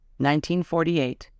1948